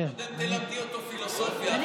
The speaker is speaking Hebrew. קודם תלמדי אותו פילוסופיה, אחר כך נראה אותך.